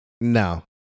no